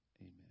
Amen